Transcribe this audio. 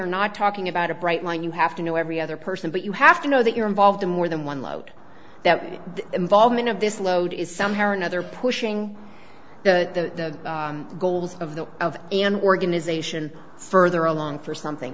are not talking about a bright line you have to know every other person but you have to know that you're involved in more than one load that the involvement of this load is somehow or another pushing the goals of the of an organization further along for something